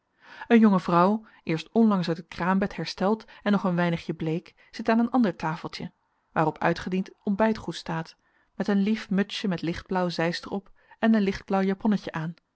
een jonge vrouw eerst onlangs uit het kraambed hersteld en nog een weinigje bleek zit aan een ander tafeltje waarop uitgediend ontbijtgoed staat met een lief mutsje met lichtblauw zeister op en een lichtblauw japonnetje aan